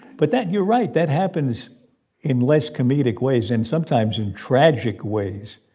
but that you're right. that happens in less comedic ways. and sometimes in tragic ways,